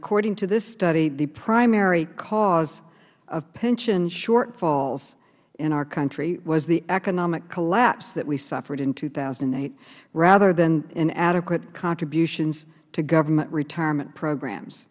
according to this study the primary cause of pension shortfalls in our country was the economic collapse that we suffered in two thousand and eight rather than inadequate contributions to government retirement programs